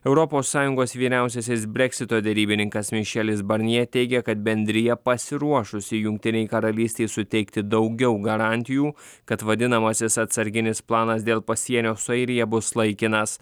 europos sąjungos vyriausiasis breksito derybininkas mišelis barnji teigia kad bendrija pasiruošusi jungtinei karalystei suteikti daugiau garantijų kad vadinamasis atsarginis planas dėl pasienio su airija bus laikinas